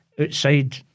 outside